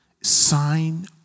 Sign